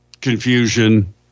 confusion